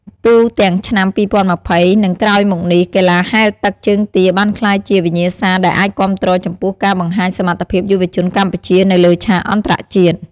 ទូទាំងឆ្នាំ ២០២០ និងក្រោយមកនេះ កីឡាហែលទឹកជើងទាបានក្លាយជា វិញ្ញាសាដែលអាចគាំទ្រចំពោះការបង្ហាញសមត្ថភាពយុវជនកម្ពុជានៅលើឆាកអន្តរជាតិ។